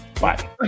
Bye